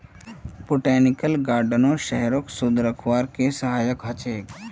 botanical गार्डनो शहरक शुद्ध रखवार के सहायक ह छेक